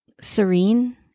serene